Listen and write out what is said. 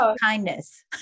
kindness